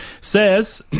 says